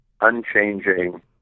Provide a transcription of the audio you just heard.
unchanging